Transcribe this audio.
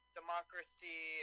democracy